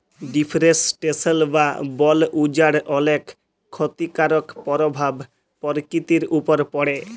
deforestation বা বল উজাড় অলেক খ্যতিকারক পরভাব পরকিতির উপর পড়ে